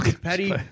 Patty